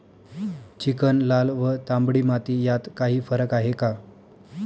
Chicken, लाल व तांबडी माती यात काही फरक आहे का?